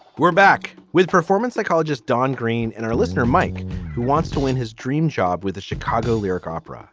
we're back with performance psychologist don green and our listener mike who wants to win his dream job with the chicago lyric opera